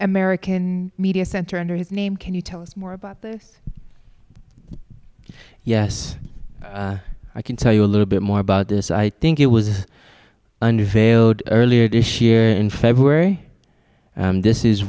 american media center under his name can you tell us more about this yes i can tell you a little bit more about this i think it was under veiled earlier this year in february this is